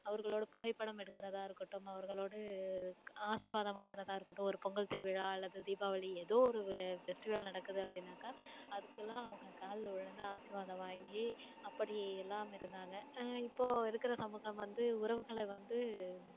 அவர்களோடு புகைப்படம் எடுக்கிறதா இருக்கட்டும் அவர்களோடு ஆசீர்வாதம் வாங்குறதா இருக்கட்டும் ஒரு பொங்கல் திருவிழா அல்லது தீபாவளி எதோ ஒரு ஃபெஸ்ட்டிவல் நடக்குது அப்படின்னாக்க அதுக்குலாம் அவங்க காலில் விழுந்து ஆசீர்வாதம் வாங்கி அப்படியெல்லாம் இருந்தாங்க இப்போது இருக்கிற சமூகம் வந்து உறவுகளை வந்து